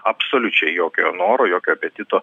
absoliučiai jokio noro jokio apetito